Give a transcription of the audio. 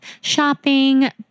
shopping